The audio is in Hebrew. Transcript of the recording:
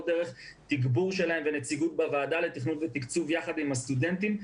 דרך תגבור שלהן ונציגות בוועדה לתכנון ותקצוב יחד עם הסטודנטים.